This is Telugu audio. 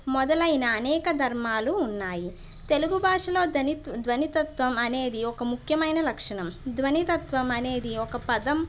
మొదలైన అనేక ధర్మాలు ఉన్నాయి తెలుగు భాషలో దని ధ్వనితత్వం అనేది ఒక ముఖ్యమైన లక్షణం ధ్వనితత్వం అనేది ఒక పదం